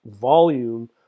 volume